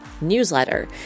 newsletter